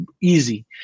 easy